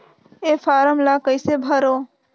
ये फारम ला कइसे भरो?